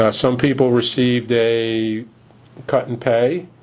ah some people received a cut in pay.